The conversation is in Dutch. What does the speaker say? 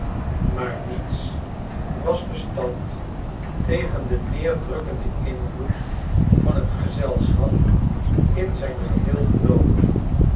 maar niets was bestand tegen den neerdrukkenden invloed van t gezelschap in zijn geheel genomen